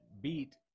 beat